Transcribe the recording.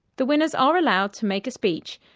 the winners are allowed to make a speech,